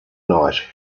night